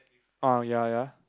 oh ya ya